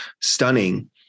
stunning